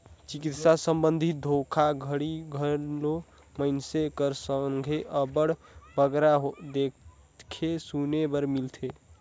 चिकित्सा संबंधी धोखाघड़ी घलो मइनसे कर संघे अब्बड़ बगरा देखे सुने बर मिलथे